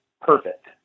perfect